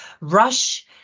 rush